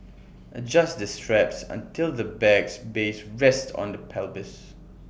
adjust the straps until the bag's base rests on the pelvis